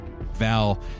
Val